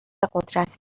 قدرت